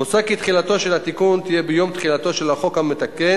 מוצע כי תחילתו של התיקון תהא ביום תחילתו של החוק המתקן,